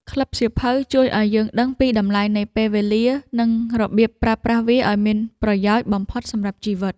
ក្លឹបសៀវភៅជួយឱ្យយើងដឹងពីតម្លៃនៃពេលវេលា និងរបៀបប្រើប្រាស់វាឱ្យមានប្រយោជន៍បំផុតសម្រាប់ជីវិត។